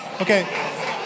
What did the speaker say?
Okay